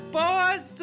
Boys